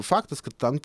faktas kad tam